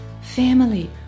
family